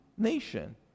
nation